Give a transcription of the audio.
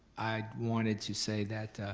i wanted to say that